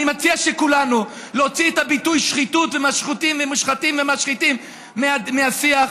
אני מציע שכולנו נוציא את הביטויים שחיתות ומשחיתים ומושחתים מהשיח.